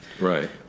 Right